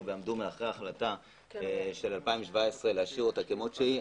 ועמדו מאחורי ההחלטה של 2017 להשאירה כפי שהיא.